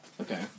Okay